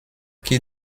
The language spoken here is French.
qui